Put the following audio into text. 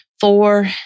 four